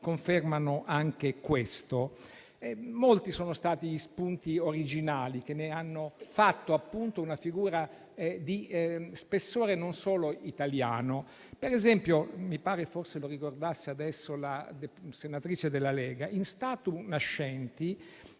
confermano anche questo. Molti sono stati gli spunti originali che ne hanno fatto una figura di spessore non solo italiano. Ad esempio - mi pare forse lo ricordasse poco fa la senatrice Stefani della Lega - in «Statu nascenti»